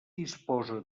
disposa